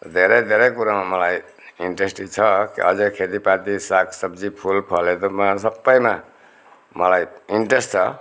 धेरै धेरै कुरोमा मलाई इन्ट्रेस्ट छ अझै खेतीपाती साग सब्जी फुलफलहरूमा सबैमा मलाई इन्ट्रेस्ट छ